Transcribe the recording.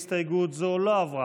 הסתייגות זו לא עברה.